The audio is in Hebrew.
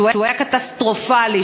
שהיה קטסטרופלי,